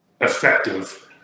effective